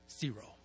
Zero